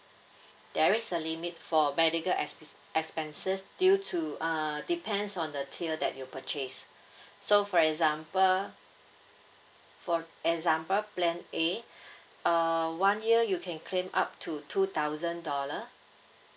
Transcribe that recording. there is a limit for medical expe~ expenses due to uh depends on the tier that you purchased so for example for example plan A uh one year you can claim up to two thousand dollar